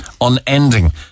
unending